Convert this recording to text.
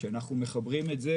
כשאנחנו מחברים את זה